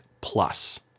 Plus